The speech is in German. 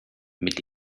mit